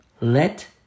Let